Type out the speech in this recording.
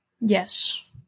Yes